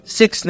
six